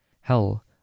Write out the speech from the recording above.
Hell